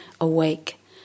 awake